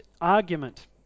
argument